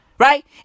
Right